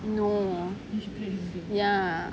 no ya